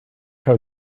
how